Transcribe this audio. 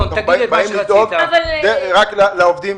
אנחנו באים לדאוג רק לעובדים.